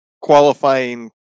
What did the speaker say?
qualifying